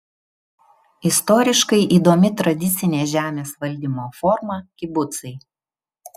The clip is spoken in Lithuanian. istoriškai įdomi tradicinė žemės valdymo forma kibucai